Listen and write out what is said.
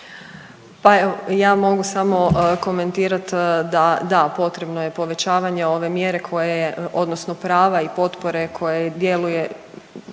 Pa ja samo mogu komentirati da da potrebno je povećavanje ova mjere koja je odnosno prava i potpore koja djeluje